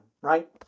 right